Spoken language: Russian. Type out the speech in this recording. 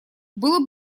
было